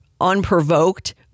unprovoked